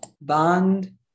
bond